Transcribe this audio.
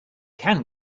can